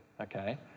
okay